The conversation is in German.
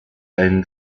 einen